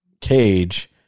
cage